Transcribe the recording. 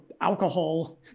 alcohol